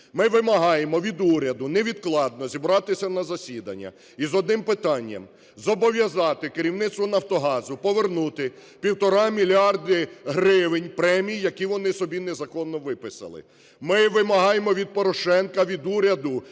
Ми вимагаємо від уряду невідкладно зібратися на засідання із одним питанням: зобов'язати керівництво "Нафтогазу" повернути півтора мільярди гривень премії, які вони собі незаконно виписали. Ми вимагаємо від Порошенка, від уряду